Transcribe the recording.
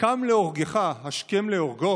"הקם להורגך השכם להורגו"